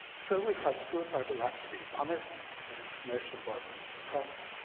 so we've had suicidal acts being punished and information about them suppressed.